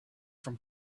from